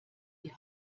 die